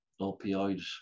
opioids